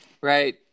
Right